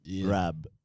grab